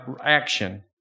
action